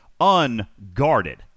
unguarded